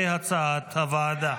כהצעת הוועדה.